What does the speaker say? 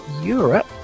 Europe